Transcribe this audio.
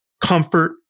comfort